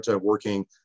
working